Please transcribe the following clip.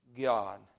God